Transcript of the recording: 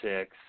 six